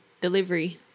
delivery